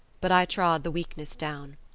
but i trod the weakness down.